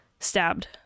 stabbed